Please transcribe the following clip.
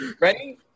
Ready